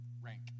rank